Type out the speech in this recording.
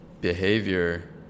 behavior